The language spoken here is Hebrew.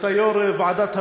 שאתה יו"ר ועדת הפנים,